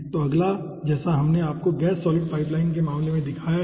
तो अगला जैसा हमने आपकी गैस सॉलिड पाइपलाइन के मामले में किया है